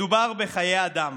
מדובר בחיי אדם,